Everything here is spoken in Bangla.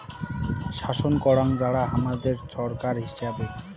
শাসন করাং যারা হামাদের ছরকার হিচাবে